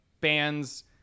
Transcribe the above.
bands